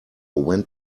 went